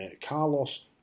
Carlos